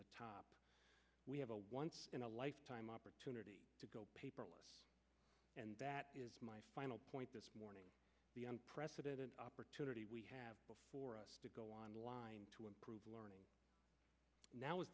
the top we have a once in a lifetime opportunity to go paperless and that is my final point this morning the president an opportunity we have for us to go online to improve learning now is